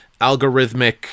algorithmic